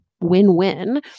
win-win